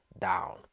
down